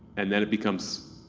and then it becomes.